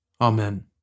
Amen